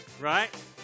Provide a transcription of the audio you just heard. Right